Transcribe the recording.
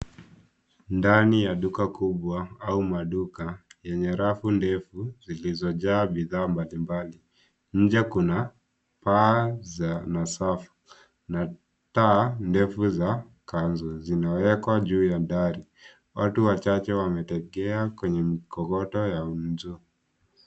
Ndani ya duka kubwa au maduka yenye rafu ndefu zilizojaa bidhaa mbalimbali na nje kuna paa za nasafu na taa ndefu za kanzo zinawekwa juu ya ndari, watu wachache mametokea kwenye mkokoto wa jua.